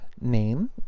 name